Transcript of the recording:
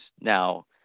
now